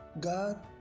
God